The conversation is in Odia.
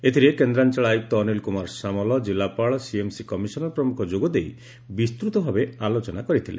ଏଥିରେ କେନ୍ଦ୍ରାଞଳ ଆୟ୍କ୍ତ ଅନୀଲ କୁମାର ସାମଲ ଜିଲ୍ଲାପାଳ ସିଏପ୍ସି କମିଶନର ପ୍ରମୁଖ ଯୋଗଦେଇ ବିସ୍ତତ ଭାବେ ଆଲୋଚନା କରିଥିଲେ